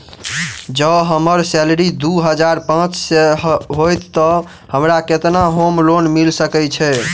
जँ हम्मर सैलरी दु हजार पांच सै हएत तऽ हमरा केतना होम लोन मिल सकै है?